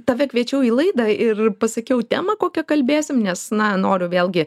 tave kviečiau į laidą ir pasakiau temą kokia kalbėsim nes na noriu vėlgi